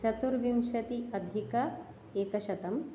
चतुर्विंशत्यधिकेकशतम्